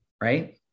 right